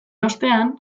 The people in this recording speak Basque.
ostean